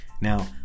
now